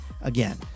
again